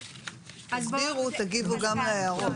כשתסבירו תגיבו גם להערות.